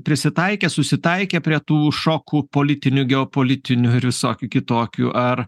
prisitaikę susitaikę prie tų šokų politinių geopolitinių ir visokių kitokių ar